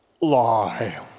lie